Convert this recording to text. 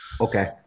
okay